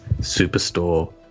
Superstore